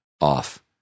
off